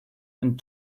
and